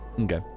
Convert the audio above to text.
Okay